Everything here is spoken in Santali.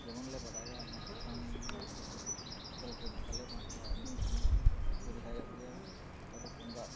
ᱡᱮᱢᱚᱱ ᱞᱮ ᱵᱟᱰᱟᱭᱟ ᱱᱚᱣᱟ ᱥᱟᱥᱟᱝ ᱢᱮᱥᱟ ᱞᱮᱠᱷᱟᱱ ᱫᱟᱠᱟ ᱞᱮ ᱮᱢᱟ ᱠᱚᱣᱟ ᱤᱱᱟᱹ ᱛᱮᱦᱚᱸ ᱠᱚ ᱨᱮᱦᱟᱭᱚᱜ ᱜᱮᱭᱟ ᱚᱠᱟ ᱫᱚ ᱠᱚᱜᱟᱜ